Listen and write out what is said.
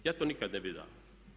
Ja to nikad ne bih dao.